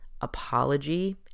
apology